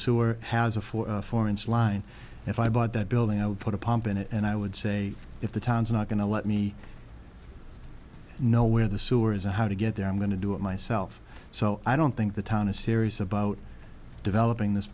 sewer has a four four into line if i bought that building i would put a pump in it and i would say if the town's not going to let me know where the sewer is and how to get there i'm going to do it myself so i don't think the town is serious about developing this